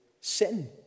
sin